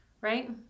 right